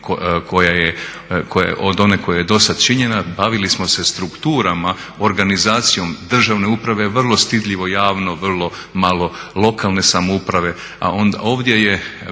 od one koja je dosad činjena. Bavili smo se strukturama, organizacijom državne uprave vrlo stidljivo javno, vrlo malo lokalne samouprave, a ovdje je